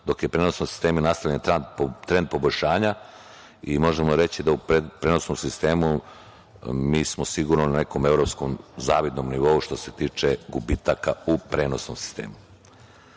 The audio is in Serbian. dok su prenosni sistemi, nastavljen je trend poboljšanja i možemo reći da u prenosnom sistemu mi smo sigurno na nekom evropskom zavidnom nivou, što se tiče gubitaka u prenosnom